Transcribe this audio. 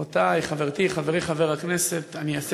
אתה מסכים להעביר לוועדת החינוך?